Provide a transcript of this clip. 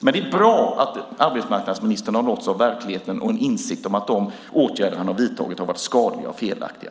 Men det är bra att arbetsmarknadsministern har nåtts av verkligheten och en insikt om att de åtgärder han har vidtagit har varit skadliga och felaktiga.